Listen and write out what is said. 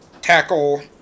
tackle